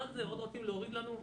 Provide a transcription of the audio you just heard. עכשיו רוצים להוריד לנו?